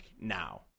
now